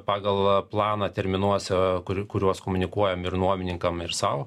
pagal planą terminuose kuriuos komunikuojam ir nuomininkam ir sau